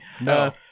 No